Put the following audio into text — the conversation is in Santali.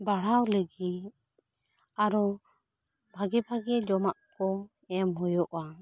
ᱫᱟᱲᱦᱟᱣ ᱞᱟᱹᱜᱤᱫ ᱟᱨᱚ ᱵᱷᱟᱜᱮ ᱵᱷᱟᱜᱮ ᱡᱚᱢᱟᱜ ᱠᱚ ᱮᱢ ᱦᱩᱭᱩᱜᱼᱟ